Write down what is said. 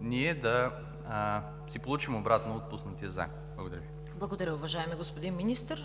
ние да си получим обратно отпуснатия заем. Благодаря. ПРЕДСЕДАТЕЛ ЦВЕТА КАРАЯНЧЕВА: Благодаря, уважаеми господин Министър.